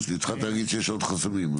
התחלת להגיד שיש עוד חסמים?